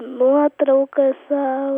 nuotraukas gal